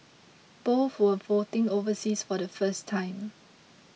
both were voting overseas for the first time